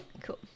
cool